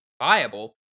viable